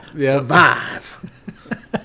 Survive